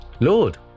Lord